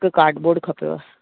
हिकु कार्डबोर्ड खपेव